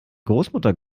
großmutter